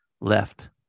left